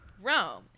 Rome